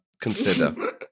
consider